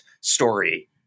story